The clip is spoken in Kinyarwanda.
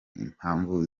impamvu